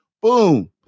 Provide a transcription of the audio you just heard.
boom